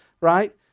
right